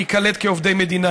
להיקלט כעובדי מדינה.